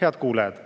Head kuulajad!